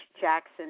Jackson